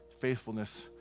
faithfulness